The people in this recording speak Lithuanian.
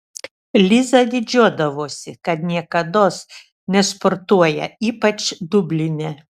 liza didžiuodavosi kad niekados nesportuoja ypač dubline